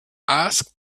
asked